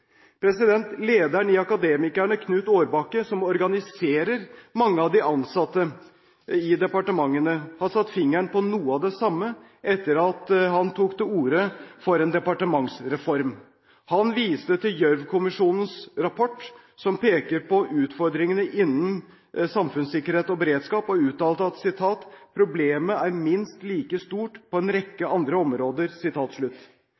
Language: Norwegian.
Lederen i Akademikerne, Knut Aarbakke, som organiserer mange av de ansatte i departementene, har satt fingeren på noe av det samme etter at han tok til orde for en departementsreform. Han viste til Gjørv-kommisjonens rapport, som peker på utfordringene innen samfunnssikkerhet og beredskap, og uttalte at «problemet er minst like stort på en